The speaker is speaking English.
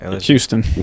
Houston